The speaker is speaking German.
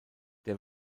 der